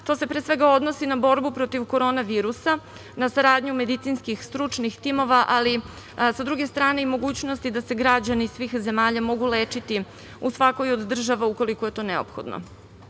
To se pre svega odnosi na borbu protiv korona virusa, na saradnju medicinskih stručnih timova, ali sa druge strane i mogućnosti da se građani svih zemalja mogu lečiti u svakoj od država, ukoliko je to neophodno. Ovaj